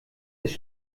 ist